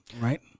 Right